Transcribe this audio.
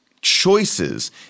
choices